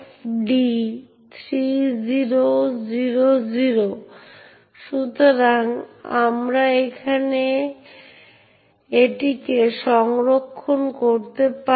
যদিও Unix access control মেকানিজমগুলি বোঝা বেশ সহজ বাস্তবায়ন করা বেশ সহজ এবং পারমিটগুলি অনেক নমনীয়ভাবে জিনিসগুলি সম্পন্ন করা হয়